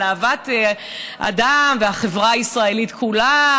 על אהבת האדם והחברה הישראלית כולה